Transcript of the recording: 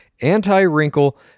anti-wrinkle-